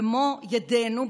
במו ידינו,